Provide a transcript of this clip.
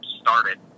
started